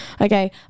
Okay